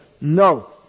No